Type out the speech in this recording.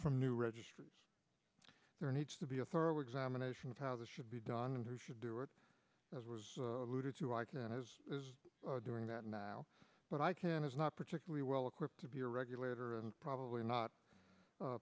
from new registrants there needs to be a thorough examination of how this should be done and who should do it as was alluded to i can and is doing that now but i can is not particularly well equipped to be a regulator and probably not